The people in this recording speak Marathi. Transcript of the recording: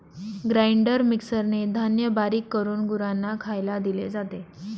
ग्राइंडर मिक्सरने धान्य बारीक करून गुरांना खायला दिले जाते